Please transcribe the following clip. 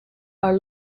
are